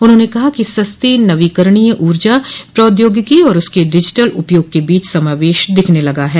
उन्होंने कहा कि सस्ती नवीकरणीय ऊर्जा प्रौद्योगिकी और उसके डिजिटल उपयोग के बीच समावेश दिखने लगा है